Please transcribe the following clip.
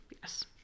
Yes